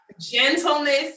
Gentleness